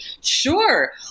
sure